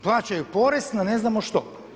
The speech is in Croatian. Plaćaju porez na ne znamo što.